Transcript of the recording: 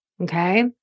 okay